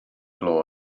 glo